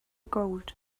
gold